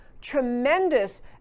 tremendous